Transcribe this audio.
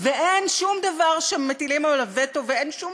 ואין שום דבר שמטילים עליו וטו ואין שום